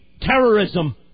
terrorism